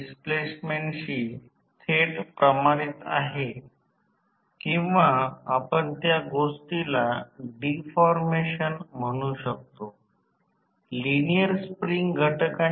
दुय्यम म्हणजे कमी व्होल्टेज बाजू शॉर्ट सर्किट नसलेली दुय्यम कमी व्होल्टेज बाजू शॉर्ट सर्किट आहे